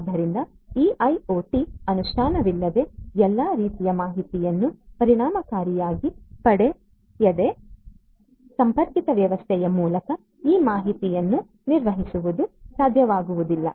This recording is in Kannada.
ಆದ್ದರಿಂದ ಈ ಐಒಟಿ ಅನುಷ್ಠಾನವಿಲ್ಲದೆ ಈ ಎಲ್ಲಾ ರೀತಿಯ ಮಾಹಿತಿಯನ್ನು ಪರಿಣಾಮಕಾರಿಯಾಗಿ ಪಡೆಯದೆ ಸಂಪರ್ಕಿತ ವ್ಯವಸ್ಥೆಯ ಮೂಲಕ ಈ ಮಾಹಿತಿಯನ್ನು ನಿರ್ವಹಿಸುವುದು ಸಾಧ್ಯವಾಗುವುದಿಲ್ಲ